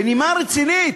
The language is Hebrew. בנימה רצינית,